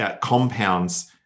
compounds